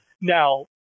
Now